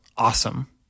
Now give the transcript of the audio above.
Awesome